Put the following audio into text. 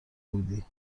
بودی